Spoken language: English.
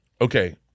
Okay